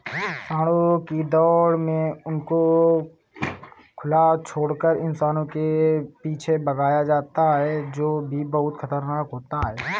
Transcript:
सांडों की दौड़ में उनको खुला छोड़कर इंसानों के पीछे भगाया जाता है जो की बहुत खतरनाक होता है